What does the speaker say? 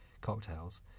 cocktails